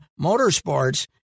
Motorsports